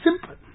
Simple